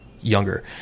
younger